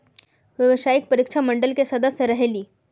व्यावसायिक परीक्षा मंडल के सदस्य रहे ली?